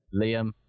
Liam